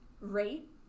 rate